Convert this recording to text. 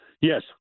Yes